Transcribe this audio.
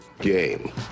game